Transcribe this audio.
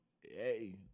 Hey